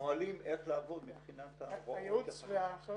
נהלים איך לעבוד מבחינת --- הייעוץ וההנחיות